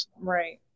right